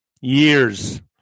Years